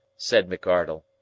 said mcardle.